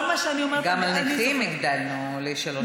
גם לנכים הגדלנו ל-3,700.